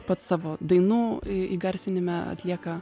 pats savo dainų įgarsinime atlieka